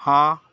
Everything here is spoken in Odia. ହଁ